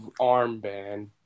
armband